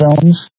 films